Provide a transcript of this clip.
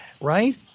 right